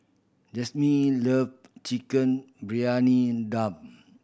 Jazmyn love Chicken Briyani Dum